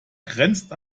grenzt